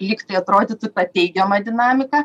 ltg tai atrodytų ta teigiama dinamika